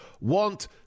want